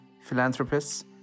philanthropists